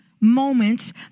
moments